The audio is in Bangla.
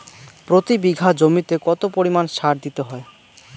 প্রতি বিঘা জমিতে কত পরিমাণ সার দিতে হয়?